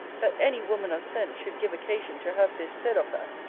that any woman of sense should give occasion to have this said of her!